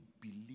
believe